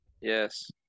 Yes